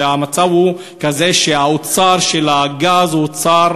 והמצב הוא כזה שהאוצר של הגז הוא אוצר